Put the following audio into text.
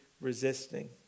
resisting